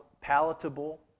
palatable